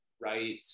right